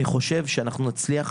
אני חושב שאנחנו נצליח